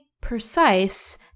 precise